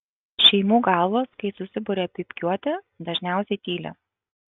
šeimų galvos kai susiburia pypkiuoti dažniausiai tyli